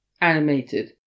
animated